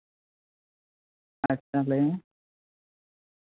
ᱟᱪᱪᱷᱟ ᱞᱟᱹᱭ ᱢᱮ